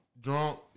drunk